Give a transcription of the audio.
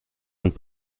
und